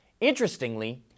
Interestingly